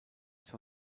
sur